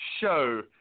show